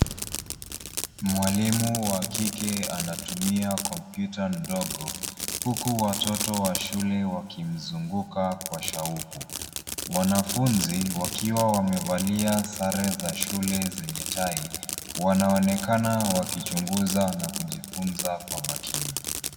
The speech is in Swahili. Mwalimu wa kike anatumia komputa ndogo, huku watoto wa shule wakimzunguka shauku. Wanafunzi wakiwa wamevalia sare za shule zenye tai. Wanaonekana wakichunguza na kujifunza kwa makini.